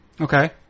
Okay